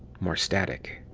more static.